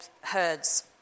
herds